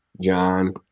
John